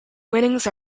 winnings